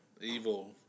evil